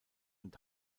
und